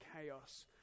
chaos